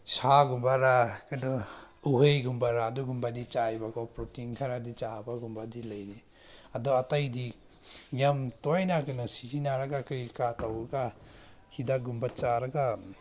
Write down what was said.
ꯁꯥꯒꯨꯝꯕꯔꯥ ꯀꯩꯅꯣ ꯎꯍꯩꯒꯨꯝꯕꯔꯥ ꯑꯗꯨꯒꯨꯝꯕꯗꯤ ꯆꯥꯏꯕ ꯀꯣ ꯄ꯭ꯔꯣꯇꯤꯟ ꯈꯔꯗꯤ ꯆꯥꯕꯒꯨꯝꯕꯗꯤ ꯂꯩꯅꯤ ꯑꯗꯣ ꯑꯇꯩꯗꯤ ꯌꯥꯝ ꯇꯣꯏꯅ ꯀꯩꯅꯣ ꯁꯤꯖꯤꯟꯅꯔꯒ ꯀꯔꯤ ꯀꯔꯥ ꯇꯧꯔꯒ ꯍꯤꯗꯥꯛꯀꯨꯝꯕ ꯆꯥꯔꯒ